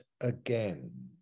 again